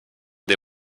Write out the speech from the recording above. dei